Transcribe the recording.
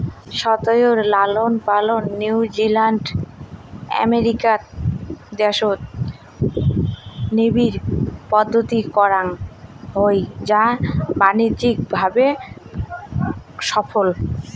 শুয়োর লালনপালন New Zealand, America দ্যাশত নিবিড় পদ্ধতিত করাং হই যা বাণিজ্যিক ভাবে সফল